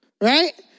right